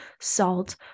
salt